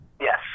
Yes